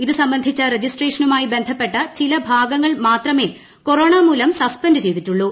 ഇതുസംബന്ധിച്ച രജിസ്ട്രേഷനുമായി ബന്ധപ്പെട്ട ചില ഭാഗങ്ങൾ മാത്രമേ കൊറോണമൂലം സസ്പെന്റ് ചെയ്തിട്ടുള്ളൂ